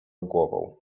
głową